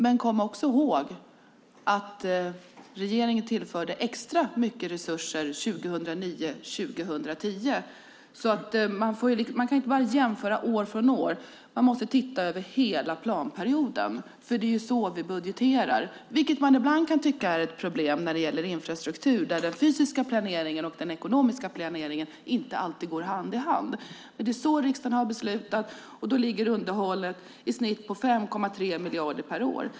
Men kom också ihåg att regeringen tillförde extra mycket resurser 2009 och 2010. Man kan inte bara jämföra år från år, utan man måste titta över hela planperioden - det är ju så vi budgeterar. Ibland kan man tycka att det är ett problem när det gäller infrastruktur, där den fysiska planeringen och den ekonomiska planeringen inte alltid går hand i hand. Men det är så riksdagen har beslutat, och då ligger underhållet i snitt på 5,3 miljarder per år.